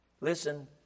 listen